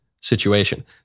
situation